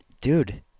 Dude